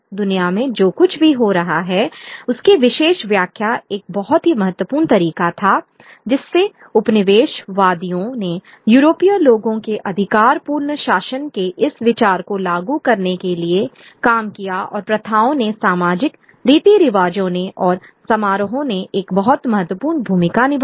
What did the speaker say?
दुनिया में जो कुछ भी हो रहा है उसकी विशेष व्याख्या एक बहुत ही महत्वपूर्ण तरीका था जिससे उपनिवेश वादियों ने यूरोपीय लोगों के अधिकार पूर्ण शासन के इस विचार को लागू करने के लिए काम किया और प्रथाओं ने सामाजिक रीति रिवाज़ों ने और समारोहों ने एक बहुत महत्वपूर्ण भूमिका निभाई